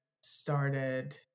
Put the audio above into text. started